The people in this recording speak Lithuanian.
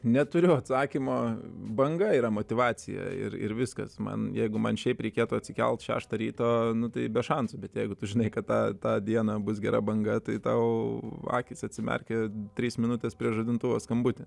neturiu atsakymo banga yra motyvacija ir ir viskas man jeigu man šiaip reikėtų atsikelt šeštą ryto nu tai be šansų bet jeigu tu žinai kad tą tą dieną bus gera banga tai tau akys atsimerkia trys minutės prieš žadintuvo skambutį